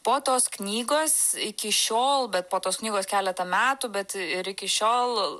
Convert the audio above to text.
po tos knygos iki šiol bet po tos knygos keletą metų bet ir iki šiol